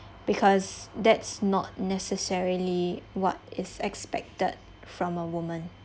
because that's not necessarily what is expected from a woman